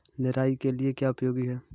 निराई के लिए क्या उपयोगी है?